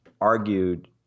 argued